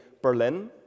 Berlin